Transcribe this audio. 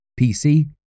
PC